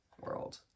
world